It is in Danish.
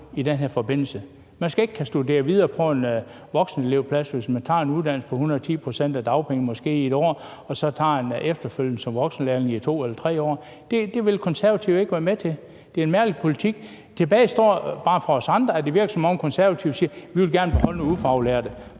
i den her forbindelse. Man skal ikke kunne studere videre på en voksenelevplads, hvis man tager en uddannelse på 110 pct. af dagpengesatsen måske i et år og så tager en efterfølgende uddannelse som voksenlærling i 2 eller 3 år. Det vil Konservative ikke være med til. Det er en mærkelig politik. Tilbage står bare for os andre, at det virker, som om Konservative siger: Vi vil gerne beholde nogle ufaglærte